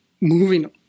moving